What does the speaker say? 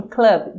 Club